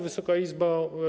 Wysoka Izbo!